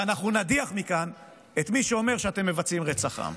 ואנחנו נדיח מכאן את מי שאומר שאתם מבצעים רצח עם.